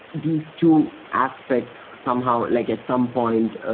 these two aspects somehow, like at some point, ah